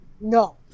No